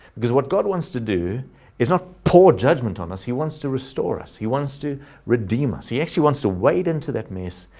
because what god wants to do is not pour judgment on us. he wants to restore us, he wants to redeem us, he actually wants to wade into that mess,